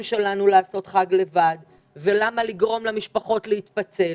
שלנו לחגוג לבד ולמה לגרום למשפחות להתפצל?